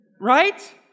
right